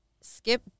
Skip